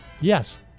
Yes